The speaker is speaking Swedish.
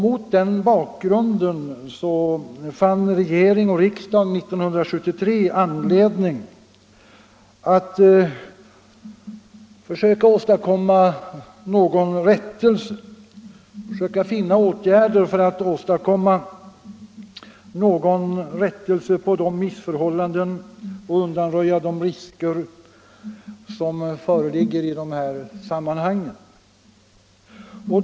Mot den bakgrund som brottskommissionen gav fann regering och riksdag 1973 sig föranlåtna att försöka hitta åtgärder för att åtminstone i någon mån komma till rätta med missförhållandena och undanröja riskerna för de i sådan verksamhet engagerade personerna.